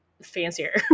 fancier